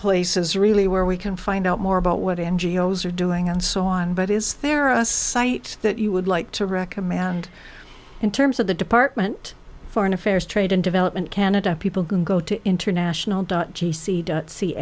places really where we can find out more about what n g o s are doing and so on but is there a site that you would like to recommand in terms of the department of foreign affairs trade and development canada people can go to international dot